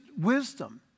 wisdom